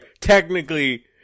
technically